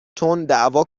تنددعوا